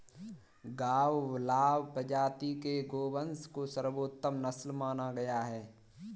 गावलाव प्रजाति के गोवंश को सर्वोत्तम नस्ल माना गया है